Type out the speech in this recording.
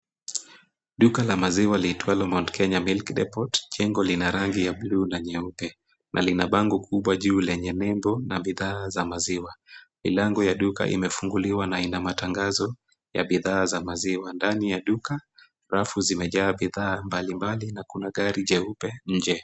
Duka la maziwa liitwalo Mount Kenya Milk Depot, jengo lina rangi ya bluu na nyeupe. Na lina bango kubwa juu lenye nembo na bidhaa za maziwa. Milango ya duka imefunguliwa na ina matangazo ya bidhaa za maziwa. Ndani ya duka, rafu zimejaa bidhaa mbalimbali na kuna gari jeupe nje.